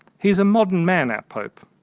he's a modern man, our pope.